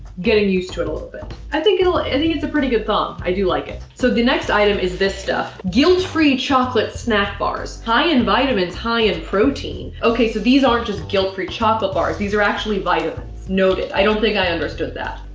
getting used to it a little bit. i think it'll i and think it's a pretty good thong, i do like it. so the next item is this stuff. guilt free chocolate snack bars. high in vitamins, high in protein. okay so these aren't just guilt free chocolate bars. these are actually vitamins. noted. i don't think i understood that.